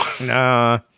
Nah